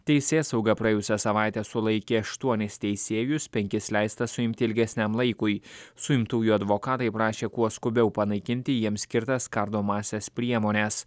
teisėsauga praėjusią savaitę sulaikė aštuonis teisėjus penkis leista suimti ilgesniam laikui suimtųjų advokatai prašė kuo skubiau panaikinti jiems skirtas kardomąsias priemones